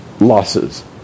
losses